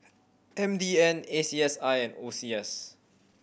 M D N A C S I and O C S